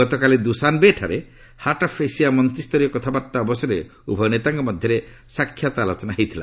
ଗତକାଲି ଦୁସାନବେଠାରେ heart of Asia ମନ୍ତ୍ରୀୟ କଥାବାର୍ତ୍ତା ଅବସରରେ ଉଭୟ ନେତାଙ୍କ ମଧ୍ୟରେ ସାକ୍ଷାତ ଆଲୋଚନା ହୋଇଥିଲା